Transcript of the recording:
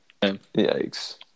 Yikes